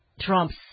Trump's